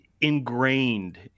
ingrained